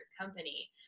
company